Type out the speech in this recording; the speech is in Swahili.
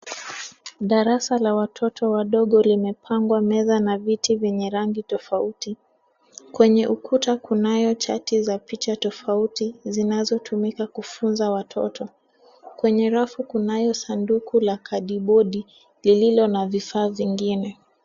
Darasa la watoto wadogo limepangwa meza na viti vyenye rangi tofauti. Kwenye ukuta kunayo chati za picha tofauti zinazotumika kufunza watoto. Kwenye rafu kunayo sanduku la kadibodi lililo na vifaa vingine.